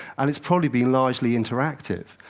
and it's probably been largely interactive.